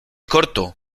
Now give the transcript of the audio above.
corto